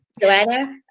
Joanna